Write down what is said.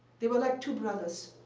they were like two brothers.